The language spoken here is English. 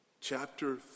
Chapter